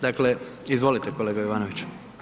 Dakle, izvolite kolega Jovanovnić.